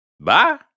Bye